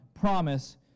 promise